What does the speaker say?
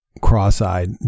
cross-eyed